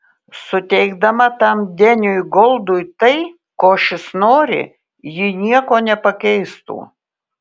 suteikdama tam deniui goldui tai ko šis nori ji nieko nepakeistų